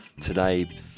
today